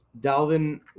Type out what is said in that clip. dalvin